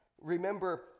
remember